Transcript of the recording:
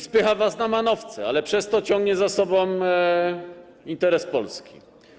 Spycha was na manowce, ale przez to ciągnie za sobą interes Polski.